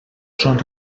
són